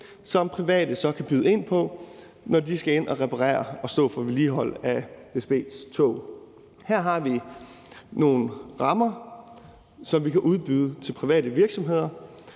som private så kan byde ind på, når de skal ind og reparere og stå for vedligeholdelse af DSB's tog. Her har vi nogle rammer, som vi kan udbyde til private virksomheder,